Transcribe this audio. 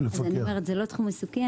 צר לי, זה לא תחום עיסוקי.